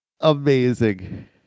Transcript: Amazing